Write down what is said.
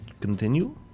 continue